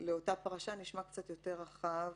לאותה פרשה נשמע קצת יותר רחב